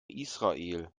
israel